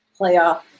playoff